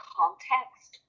context